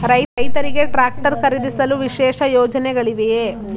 ರೈತರಿಗೆ ಟ್ರಾಕ್ಟರ್ ಖರೀದಿಸಲು ವಿಶೇಷ ಯೋಜನೆಗಳಿವೆಯೇ?